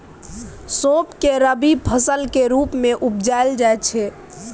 सौंफ केँ रबी फसलक रुप मे उपजाएल जाइ छै